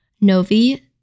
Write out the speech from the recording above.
Novi